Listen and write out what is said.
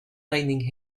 lightning